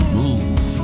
move